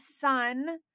son